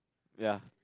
ya